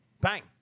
Bang